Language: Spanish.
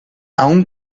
aún